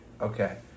okay